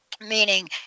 meaning